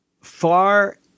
far